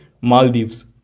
Maldives